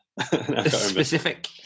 specific